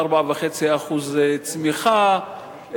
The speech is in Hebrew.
4.5% צמיחה,